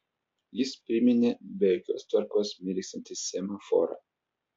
jis priminė be jokios tvarkos mirksintį semaforą